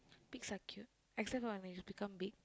pigs are cute except when they become big